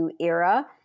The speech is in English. era